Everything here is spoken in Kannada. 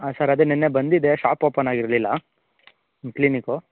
ಹಾಂ ಸರ್ ಅದೇ ನೆನ್ನೆ ಬಂದಿದ್ದೆ ಶಾಪ್ ಓಪನ್ ಆಗಿರಲಿಲ್ಲ ನಿಮ್ಮ ಕ್ಲಿನಿಕ್